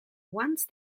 once